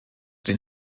den